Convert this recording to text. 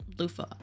loofah